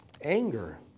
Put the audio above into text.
Anger